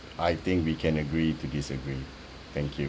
I think we can agree to disagree thank you